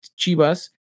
Chivas